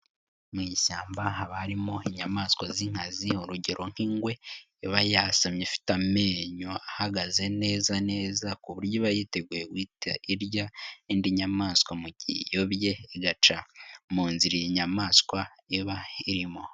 Mu ishyamba haba harimo inyama z'inkazi, urugero nk'ingwe iba yasamye ifite amenyo ahagaze neza neza ku buryo iba yiteguye guhita irya indi nyamaswa mu gihe iyobye igaca mu nzira iyi nyamaswa iba irimo.